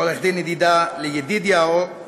לעורך-דין ידידיה אורון,